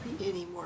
anymore